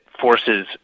forces